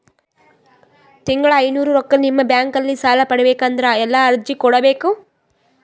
ತಿಂಗಳ ಐನೂರು ರೊಕ್ಕ ನಿಮ್ಮ ಬ್ಯಾಂಕ್ ಅಲ್ಲಿ ಸಾಲ ಪಡಿಬೇಕಂದರ ಎಲ್ಲ ಅರ್ಜಿ ಕೊಡಬೇಕು?